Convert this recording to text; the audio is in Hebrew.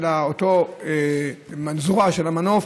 של אותה זרוע של המנוף.